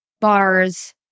bars